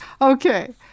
Okay